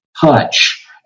touch